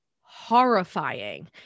horrifying